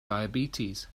diabetes